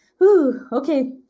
okay